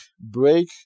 break